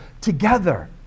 Together